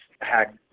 hack